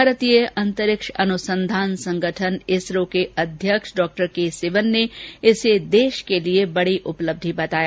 भारतीय अंतरिक्ष अनुसंधान संगठन इसरो के अध्यक्ष डॉक्टर के सिवन ने इसे देश के लिये बडी उपलब्धि बताया